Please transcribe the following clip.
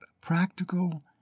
practical